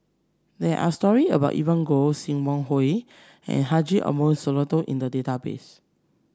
there are story about Evelyn Goh Sim Wong Hoo and Haji Ambo Sooloh in the database